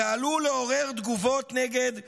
ועלול לעורר תגובות נגד שליליות,